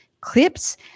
clips